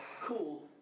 cool